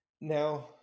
Now